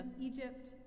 Egypt